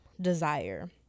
desire